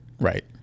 Right